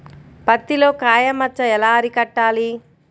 పత్తిలో కాయ మచ్చ ఎలా అరికట్టాలి?